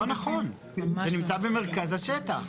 לא נכון, זה נמצא במרכז השטח.